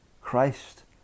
Christ